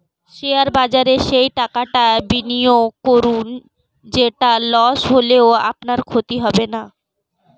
share বাজারে সেই টাকাটা বিনিয়োগ করুন যেটা লস হলেও আপনার ক্ষতি হবে না